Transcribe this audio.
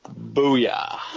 Booyah